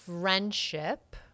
friendship